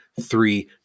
three